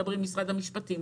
מדברים עם משרד המשפטים,